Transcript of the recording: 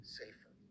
safer